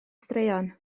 straeon